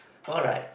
Alright